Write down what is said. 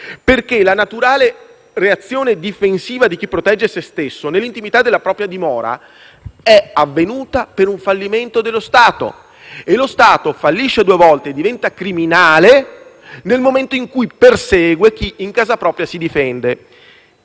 la naturale reazione difensiva di chi protegge se stesso nell'intimità della propria dimora è avvenuta per un fallimento dello Stato, che fallisce due volte e diventa criminale nel momento in cui persegue chi in casa propria si difende.